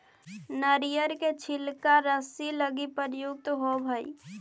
नरियर के छिलका रस्सि लगी प्रयुक्त होवऽ हई